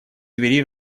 двери